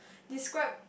describe